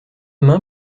main